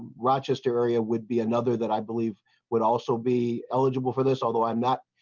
rochester area would be another that i believe would also be eligible for this although i'm not.